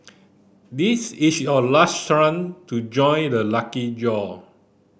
this is your last to join the lucky draw